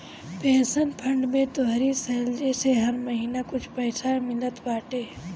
pension fund में तोहरी salary से हर महिना कुछ पईसा मिलत बाटे